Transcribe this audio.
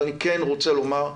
אבל אני כן רוצה לומר,